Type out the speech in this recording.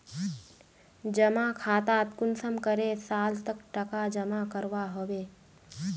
जमा खातात कुंसम करे साल तक टका जमा करवा होबे?